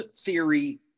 theory